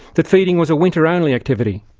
that feeding was a winter-only activity.